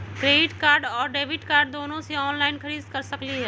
Credit card और debit card दोनों से ऑनलाइन खरीद सकली ह?